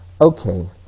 Okay